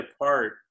apart